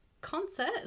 concert